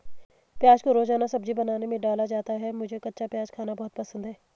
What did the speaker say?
प्याज को रोजाना सब्जी बनाने में डाला जाता है मुझे कच्चा प्याज खाना बहुत पसंद है